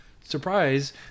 Surprise